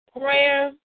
prayer